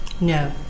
No